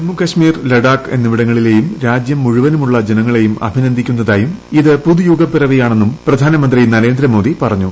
ജമ്മു കാശ്മീർ ലഡാക്ക് എന്നിവിടങ്ങളിലെയും രാജ്യം മുഴുവനുമുള്ള ജനങ്ങളെയും അഭിനന്ദിക്കുന്നതായും ഇത് പുതുയുഗപ്പിറവിയാണെന്നും പ്രധാനമന്ത്രി നരേന്ദ്രമോദി പറഞ്ഞു